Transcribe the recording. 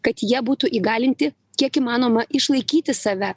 kad jie būtų įgalinti kiek įmanoma išlaikyti save